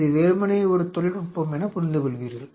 இது வெறுமனே ஒரு தொழில்நுட்பம் என புரிந்துகொள்வீர்கள்